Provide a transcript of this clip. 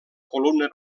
columna